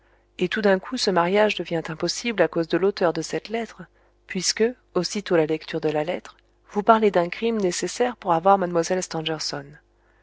et tout d'un coup ce mariage devient impossible à cause de l'auteur de cette lettre puisque aussitôt la lecture de la lettre vous parlez d'un crime nécessaire pour avoir mlle